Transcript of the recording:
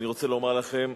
ואני רוצה לומר לכם,